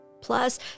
Plus